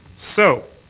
so,